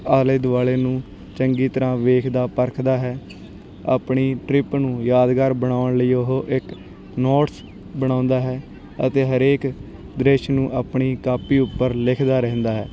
ਆਲੇ ਦੁਆਲੇ ਨੂੰ ਚੰਗੀ ਤਰ੍ਹਾਂ ਵੇਖਦਾ ਪਰਖਦਾ ਹੈ ਆਪਣੀ ਟਰਿਪ ਨੂੰ ਯਾਦਗਾਰ ਬਣਾਉਣ ਲਈ ਉਹ ਇੱਕ ਨੋਟਸ ਬਣਾਉਂਦਾ ਹੈ ਅਤੇ ਹਰੇਕ ਦ੍ਰਿਸ਼ ਨੂੰ ਆਪਣੀ ਕਾਪੀ ਉੱਪਰ ਲਿਖਦਾ ਰਹਿੰਦਾ ਹੈ